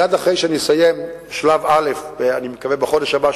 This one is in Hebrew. מייד אחרי שאני אסיים שלב א' אני מקווה בחודש הבא,